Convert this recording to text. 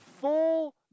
full